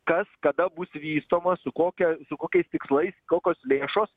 kas kada bus vystoma su kokia su kokiais tikslais kokios lėšos